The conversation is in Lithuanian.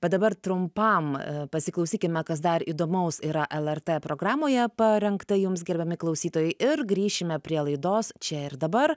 bet dabar trumpam pasiklausykime kas dar įdomaus yra lrt programoje parengta jums gerbiami klausytojai ir grįšime prie laidos čia ir dabar